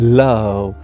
love